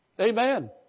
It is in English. Amen